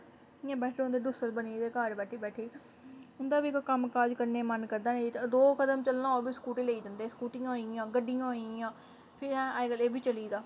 इ'यां बैठे दे रौहंदे ढूसर बनी गेदे घर बैठी बैठी उं'दा बी कोई कम्म काज करने दा मन करदा नेईं दो कदम चलना ओह् बी स्कूटी लेइयै जंदे स्कूटियां होइयां गड्डियां होइयां फिर अज्जकल एह्बी चली दा